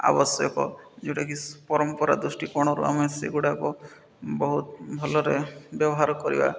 ଆବଶ୍ୟକ ଯେଉଁଟାକି ପରମ୍ପରା ଦୃଷ୍ଟିିକୋଣରୁ ଆମେ ସେଗୁଡ଼ାକ ବହୁତ ଭଲରେ ବ୍ୟବହାର କରିବା